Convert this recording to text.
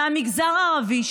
מהמגזר הערבי,